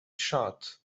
shut